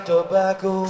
Tobacco